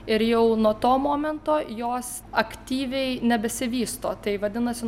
ir jau nuo to momento jos aktyviai nebesivysto tai vadinasi